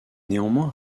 néanmoins